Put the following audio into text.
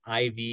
IV